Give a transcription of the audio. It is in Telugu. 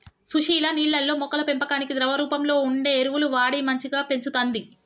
సుశీల నీళ్లల్లో మొక్కల పెంపకానికి ద్రవ రూపంలో వుండే ఎరువులు వాడి మంచిగ పెంచుతంది